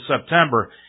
September